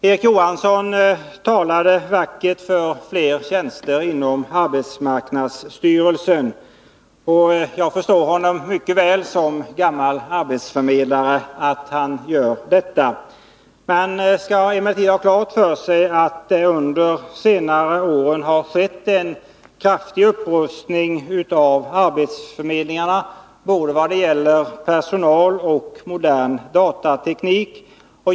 Erik Johansson talade vackert för fler tjänster inom arbetsmarknadsstyrelsen, och jag förstår mycket väl att han som gammal arbetsförmedlare gör det. Men vi skall ha klart för oss att det under senare år har skett en kraftig upprustning av arbetsförmedlingarna både vad gäller personal och modern datateknik.